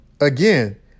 Again